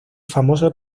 famoso